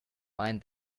mind